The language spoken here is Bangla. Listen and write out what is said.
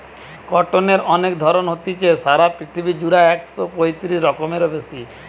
কটনের অনেক ধরণ হতিছে, সারা পৃথিবী জুড়া একশ পয়তিরিশ রকমেরও বেশি